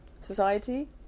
society